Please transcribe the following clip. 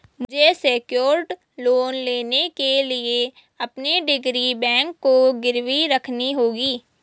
मुझे secured loan लेने के लिए अपनी डिग्री बैंक को गिरवी रखनी होगी